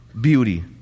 beauty